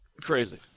crazy